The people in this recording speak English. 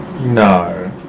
No